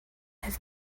have